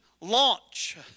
launch